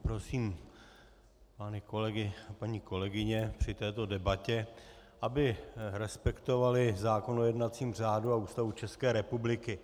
Prosím pány kolegy a paní kolegyně při této debatě, aby respektovali zákon o jednacím řádu a Ústavu České republiky.